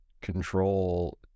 control